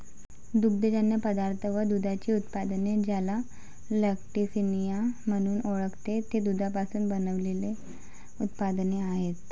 दुग्धजन्य पदार्थ व दुधाची उत्पादने, ज्याला लॅक्टिसिनिया म्हणून ओळखते, ते दुधापासून बनविलेले उत्पादने आहेत